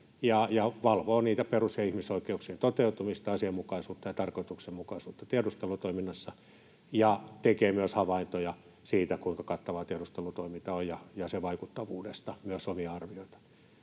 ja valvovat perus- ja ihmisoikeuksien toteutumista, asianmukaisuutta ja tarkoituksenmukaisuutta tiedustelutoiminnassa ja tekevät myös havaintoja siitä, kuinka kattavaa tiedustelutoiminta on, ja sen vaikuttavuudesta myös omia arvioita.